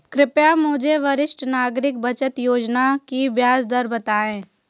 कृपया मुझे वरिष्ठ नागरिक बचत योजना की ब्याज दर बताएं